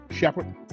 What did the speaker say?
shepherd